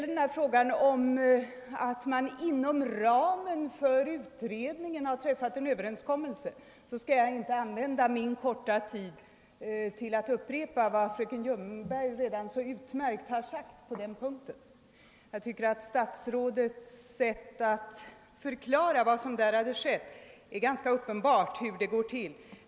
När det gäller argumentet att det inom ramen för utredningen träffats en överenskommelse skall jag inte använda min begränsade tid till att upprepa vad fröken Ljungberg redan så utmärkt har sagt på den punkten. Trots statsrådets försök att förklara vad som skett är det väl ganska uppenbart hur det hela gått till.